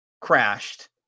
crashed